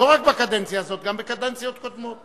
לא רק בקדנציה הזאת, גם בקדנציות קודמות.